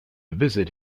visit